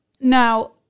now